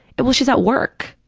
well, she's at work,